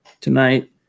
tonight